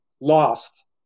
lost